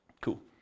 Cool